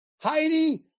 Heidi